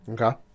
Okay